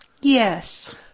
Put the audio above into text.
Yes